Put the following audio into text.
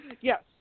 Yes